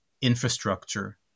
infrastructure